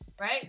right